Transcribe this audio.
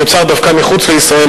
מיוצר דווקא מחוץ לישראל,